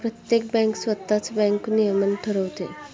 प्रत्येक बँक स्वतःच बँक नियमन ठरवते